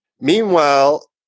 Meanwhile